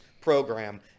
program